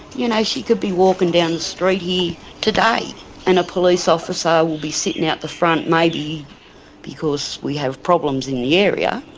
you know, she could be walking down the street here today and a police officer will be sitting out the front, maybe because we have problems in the area,